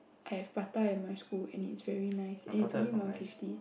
I have prata in my school and it's very nice and it's only one fifty